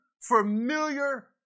familiar